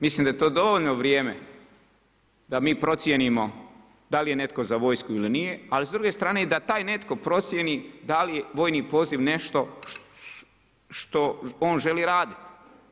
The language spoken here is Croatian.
Mislim da je to dovoljno vrijeme da mi procijenimo da li je netko za vojsku ili nije, ali s druge strane i da taj netko procijeni da li je vojni poziv nešto što on želi raditi.